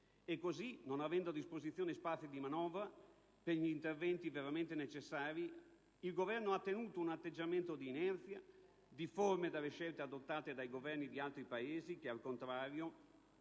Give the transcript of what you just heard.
Così, non avendo a disposizione spazi di manovra per gli interventi veramente necessari, il Governo ha tenuto un atteggiamento di inerzia, difforme dalle scelte adottate dai Governi di altri Paesi che, al contrario,